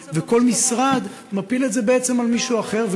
כל משרד מפיל את זה בעצם על מישהו אחר,